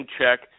check